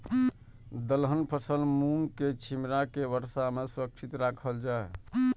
दलहन फसल मूँग के छिमरा के वर्षा में सुरक्षित राखल जाय?